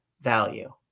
value